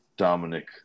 Dominic